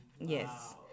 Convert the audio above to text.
Yes